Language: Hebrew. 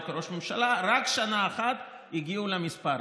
כראש ממשלה רק שנה אחת הגיעו למספר הזה.